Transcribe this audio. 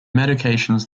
medications